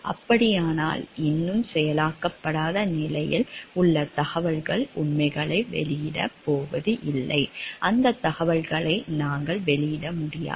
அப்படியானால் இன்னும் செயலாக்கப்படாத நிலையில் உள்ள தகவல்கள் உண்மைகளை வெளியிடப் போவதில்லை அந்தத் தகவலை நாங்கள் வெளியிட முடியாது